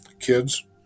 kids